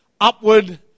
upward